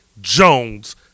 Jones